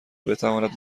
بتواند